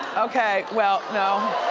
okay, well, no.